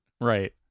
Right